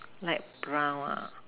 light brown ah